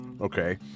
Okay